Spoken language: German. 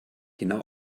genau